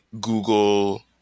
Google